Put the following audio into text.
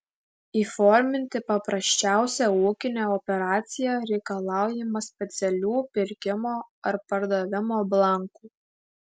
įforminti paprasčiausią ūkinę operaciją reikalaujama specialių pirkimo ar pardavimo blankų